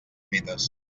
mites